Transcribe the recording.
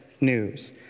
news